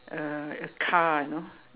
a a car you know